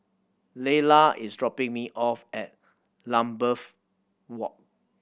Leyla is dropping me off at Lambeth Walk